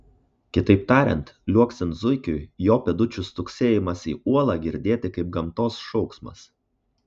kitaip tariant liuoksint zuikiui jo pėdučių stuksėjimas į uolą girdėti kaip gamtos šauksmas